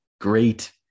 great